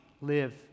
live